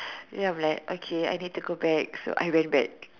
ya I am like okay I need to go back so I ran back